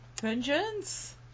Vengeance